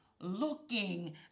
looking